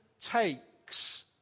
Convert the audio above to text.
takes